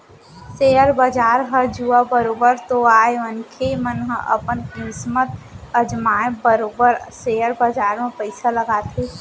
share बजार ह जुआ बरोबर तो आय मनखे मन ह अपन किस्मत अजमाय बरोबर सेयर बजार म पइसा लगाथे